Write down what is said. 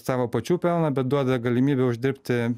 savo pačių pelną bet duoda galimybę uždirbti